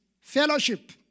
fellowship